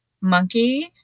monkey